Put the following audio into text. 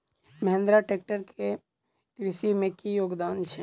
Mahindra tractor केँ कृषि मे की योगदान छै?